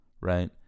right